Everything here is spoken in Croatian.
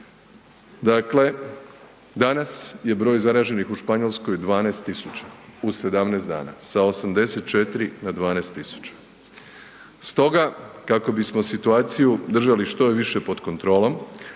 danas. Danas je broj zaraženih u Španjolskoj 12.000 u 17 dana sa 84 na 12.000. Stoga kako bismo situaciju držali što je više pod kontrolom